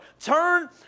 turn